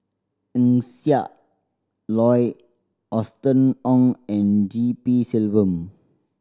Eng Siak Loy Austen Ong and G P Selvam